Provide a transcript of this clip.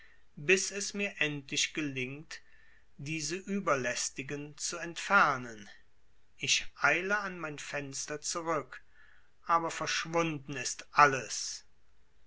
bis es mir endlich gelingt diese überlästigen zu entfernen ich eile an mein fenster zurück aber verschwunden ist alles